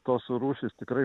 tos rūšys tikrai